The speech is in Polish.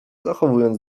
zachowując